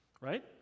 Right